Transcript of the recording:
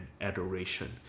adoration